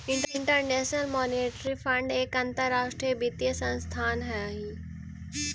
international monetary fund एक अंतरराष्ट्रीय वित्तीय संस्थान हई